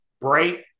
bright